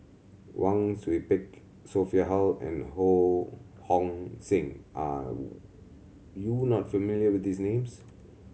Wang Sui Pick Sophia Hull and Ho Hong Sing are you not familiar with these names